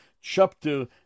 chapter